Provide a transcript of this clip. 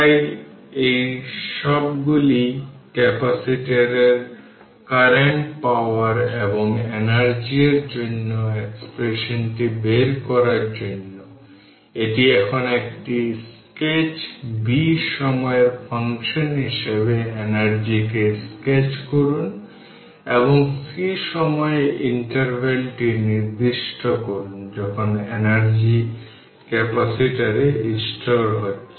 তাই এই সবগুলি ক্যাপাসিটরের কারেন্ট পাওয়ার এবং এনার্জি এর জন্য এক্সপ্রেশনটি বের করার জন্য এটি এখন একটি স্কেচ b সময়ের ফাংশন হিসাবে এনার্জি কে স্কেচ করুন এবং c সময় ইন্টারভ্যালটি নির্দিষ্ট করুন যখন এনার্জি ক্যাপাসিটরে স্টোর হচ্ছে